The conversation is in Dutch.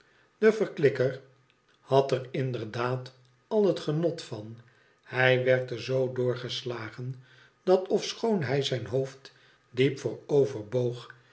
de verklikker had er inderdaad al het enot van hij werd er zoo door geslagen dat ofschoon hij zijn hoofd diep